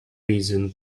reason